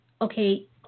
okay